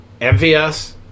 MVS